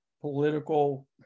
political